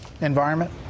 environment